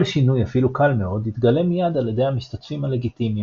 כל שינוי אפילו קל מאוד יתגלה מיד על ידי המשתתפים הלגיטימיים,